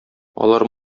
алар